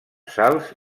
salts